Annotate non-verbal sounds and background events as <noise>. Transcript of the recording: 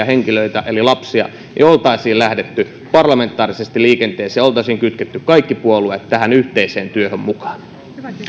<unintelligible> henkilöitä eli lapsia oltaisiin lähdetty parlamentaarisesti liikenteeseen oltaisiin kytketty kaikki puolueet tähän yhteiseen työhön mukaan